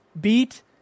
beat